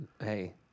Hey